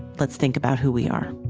let's think about who we are